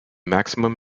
maximum